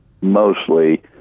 mostly